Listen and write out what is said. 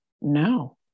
no